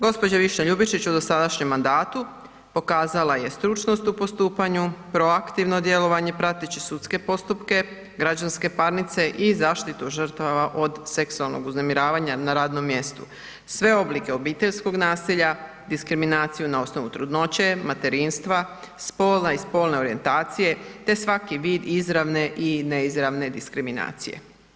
Gđa. Višnja Ljubičić u dosadašnjem mandatu pokazala je stručnost u postupanju, proaktivno djelovanje prateći sudske postupke, građanske parnice i zaštitu žrtava od seksualnog uznemiravanja na radnom mjestu, sve oblike obiteljskog nasilja, diskriminaciju na osnovu trudnoće, materinstva, spola i spolne orijentacije te svaki vid izravne i neizravne diskriminacije.